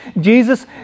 Jesus